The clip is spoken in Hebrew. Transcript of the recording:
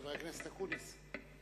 חבר הכנסת אקוניס.